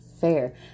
fair